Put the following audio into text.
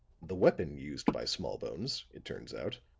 the weapon used by smallbones, it turns out,